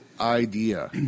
idea